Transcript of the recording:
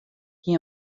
hie